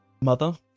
mother